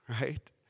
right